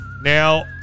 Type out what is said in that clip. Now